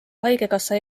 haigekassa